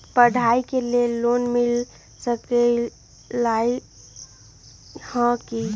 पढाई के लेल लोन मिल सकलई ह की?